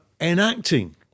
enacting